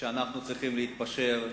שאנחנו צריכים להתפשר,